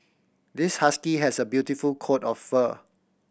this husky has a beautiful coat of fur